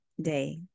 day